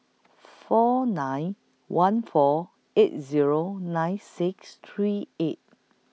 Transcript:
nine four one four eight Zero nine six three eight